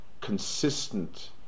consistent